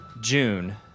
June